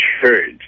Church